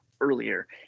earlier